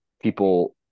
people